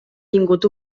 tingut